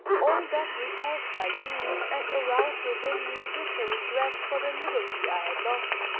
all that repelled my youth and aroused within me bitter regrets for the liberty i had lost.